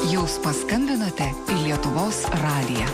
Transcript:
jūs paskambinote į lietuvos radiją